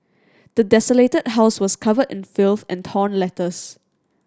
the desolated house was covered in filth and torn letters